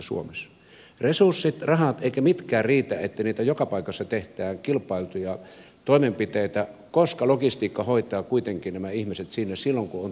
eivät resurssit rahat eivätkä mitkään riitä että niitä kilpailtuja toimenpiteitä joka paikassa tehdään koska logistiikka hoitaa kuitenkin nämä ihmiset sinne silloin kun on todellinen tarve